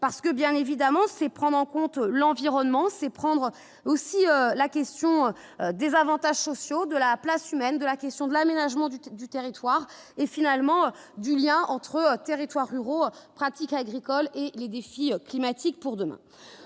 parce que, bien évidemment, c'est prendre en compte l'environnement c'est prendre aussi la question des avantages sociaux de la place humaine de la question de l'aménagement du temps du territoire et finalement du lien entre territoires ruraux pratiques agricoles et les défis climatiques pour demain